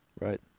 Right